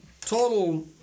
total